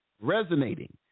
resonating